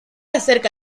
acerca